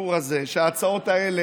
בסיפור הזה היא שההצעות האלה